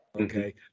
Okay